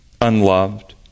unloved